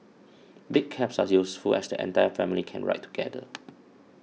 big cabs are useful as the entire family can ride together